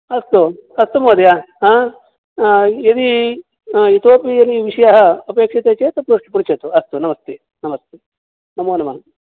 अस्तु अस्तु महोदया यदि इतोऽपि यदि विषयाः अपेक्षते चेत् पृछ् पृच्छतु अस्तु नमस्ते नमस्ते नमो नमः